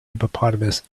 hippopotamus